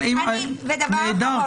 נהדר.